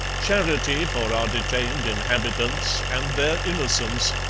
charity for our detained inhabitants, and their innocence,